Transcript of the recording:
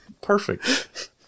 Perfect